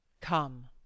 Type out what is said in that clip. Come